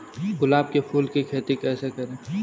गुलाब के फूल की खेती कैसे करें?